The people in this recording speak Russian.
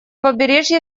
побережье